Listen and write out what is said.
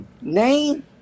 Name